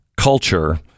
culture